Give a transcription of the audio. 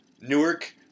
Newark